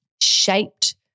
shaped